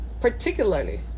particularly